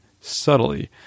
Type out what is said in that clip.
subtly